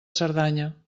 cerdanya